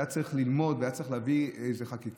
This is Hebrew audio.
היה צריך ללמוד והיה צריך להביא חקיקה,